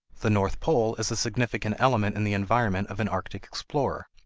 the north pole is a significant element in the environment of an arctic explorer,